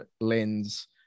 lens